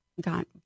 got